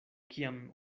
kiam